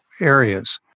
areas